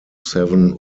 seven